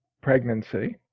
pregnancy